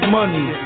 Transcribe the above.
money